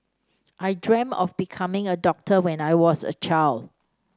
I dreamt of becoming a doctor when I was a child